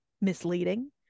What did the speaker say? misleading